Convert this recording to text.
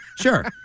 Sure